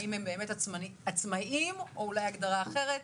האם הם באמת עצמאים או שאולי יש הגדרה אחרת,